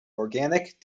organic